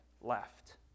left